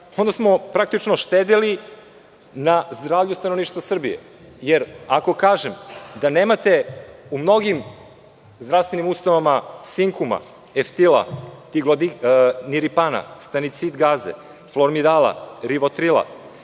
onda smo praktično štedeli na zdravlju stanovništva Srbije, jer ako kažem da nemate u mnogim zdravstvenim ustanovama sinkuma, eftila, niripana, stanicid gaze, flormirala, rivotrila,